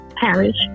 parish